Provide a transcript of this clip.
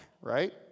right